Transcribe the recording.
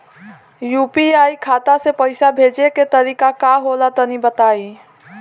UPI खाता से पइसा भेजे के तरीका का होला तनि बताईं?